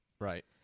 Right